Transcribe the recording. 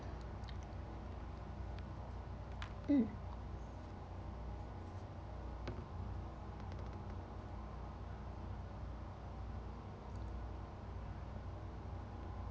mm